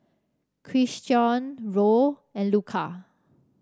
Christion Roll and Luka